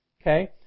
Okay